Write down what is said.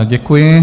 Děkuji.